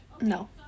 No